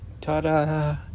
Ta-da